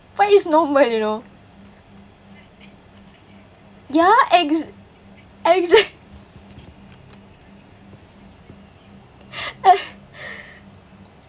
but it's normal you know ya ex~ exact~